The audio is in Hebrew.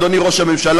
אדוני ראש הממשלה,